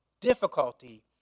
difficulty